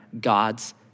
God's